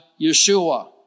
Yeshua